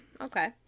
Okay